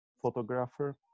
photographer